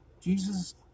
Jesus